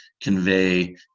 convey